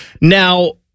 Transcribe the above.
Now